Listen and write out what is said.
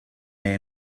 there